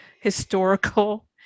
historical